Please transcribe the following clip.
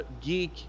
geek